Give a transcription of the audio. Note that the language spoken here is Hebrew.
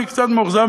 אני קצת מאוכזב,